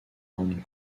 hong